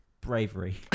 Bravery